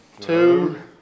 two